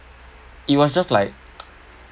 it was just like